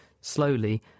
slowly